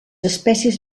espècies